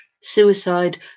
suicide